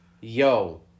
Yo